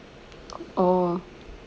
oh